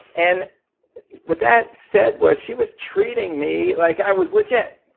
and what that said was she was treating me like i was legit.